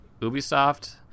ubisoft